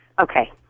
Okay